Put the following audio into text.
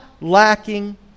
lacking